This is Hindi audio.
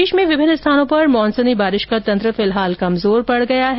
प्रदेश में विभिन्न स्थानों पर मानूसनी बारिश का तंत्र फिलहाल कमजोर पड़ गया है